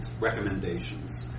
recommendations